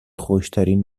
خشکترین